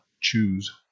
choose